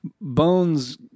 bones